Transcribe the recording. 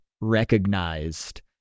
recognized